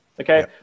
okay